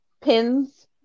pins